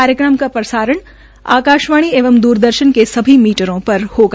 कार्यक्रम का प्रसारण आकाशवाणी एवं द्रदर्शन के सभी मीटरों पर होगा